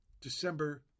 December